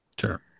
Sure